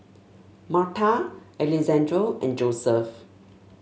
Marta Alexandre and Joseph